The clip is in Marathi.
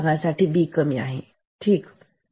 या भागासाठी B कमी आहे ठीक